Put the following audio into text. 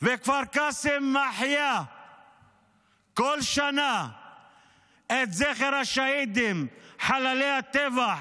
כפר קאסם מחיה כל שנה את זכר השהידים, חללי הטבח